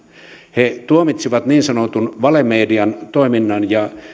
he tuomitsivat niin sanotun valemedian toiminnan ja